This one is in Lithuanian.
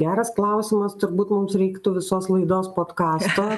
geras klausimas turbūt mums reiktų visos laidos podkasto